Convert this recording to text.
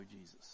Jesus